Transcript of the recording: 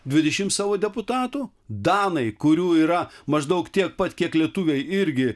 dvidešimt savo deputatų danai kurių yra maždaug tiek pat kiek lietuviai irgi